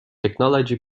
technology